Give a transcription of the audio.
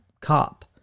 cop